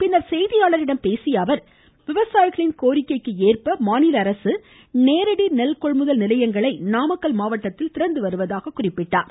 பின்னர் செய்தியாளாக்ளிடம் பேசிய அவர் விவசாயிகளின் கோரிக்கைக்கு ஏற்பட மாநில அரசு நேரடி நெல் கொள்முதல் நிலையங்களை நாமக்கல் மாவட்டத்தில் திறந்து வருவதாக கூறினார்